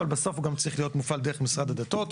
אבל בסוף הוא צריך להיות מופעל דרך משרד הדתות,